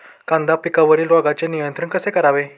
कांदा पिकावरील रोगांचे नियंत्रण कसे करावे?